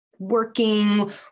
working